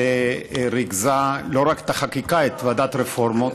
שריכזה לא רק את החקיקה, את ועדת הרפורמות,